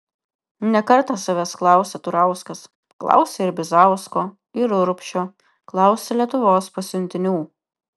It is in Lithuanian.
ne kartą savęs klausė turauskas klausė ir bizausko ir urbšio klausė lietuvos pasiuntinių